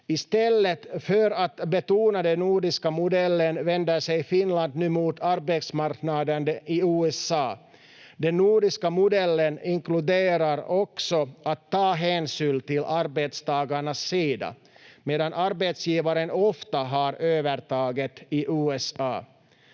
I stället för att betona den nordiska modellen vänder sig Finland nu mot arbetsmarknaden i USA. Den nordiska modellen inkluderar också att ta hänsyn till arbetstagarnas sida medan arbetsgivaren ofta har övertaget i USA.